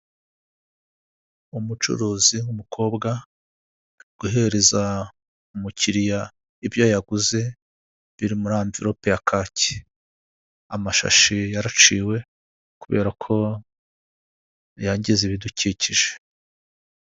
Umucuruzi w'umukobwa uhereza umukiliya ibyo yaguze biri muri amverope ya kaki, amashashi yaraciwe kubera ko yangiza ibidukikije.